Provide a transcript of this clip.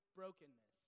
brokenness